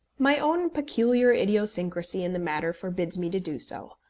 my own peculiar idiosyncrasy in the matter forbids me to do so.